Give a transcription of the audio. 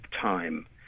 time